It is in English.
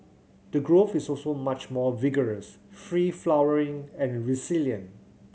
the growth is also much more vigorous free flowering and resilient